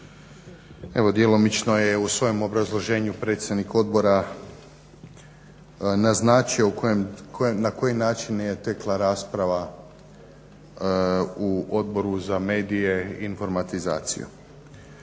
Evo djelomično je u svojem obrazloženju predsjednik odbora naznačio na koji način je tekla rasprava u odboru za medije i informatizaciju.